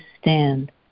stand